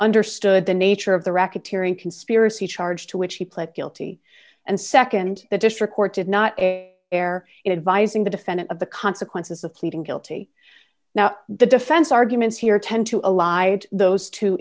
understood the nature of the racketeering conspiracy charge to which he pled guilty and nd the district court did not err in advising the defendant of the consequences of pleading guilty now the defense arguments here tend to ally those two